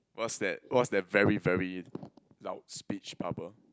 what's that what's that very very loud speech bubble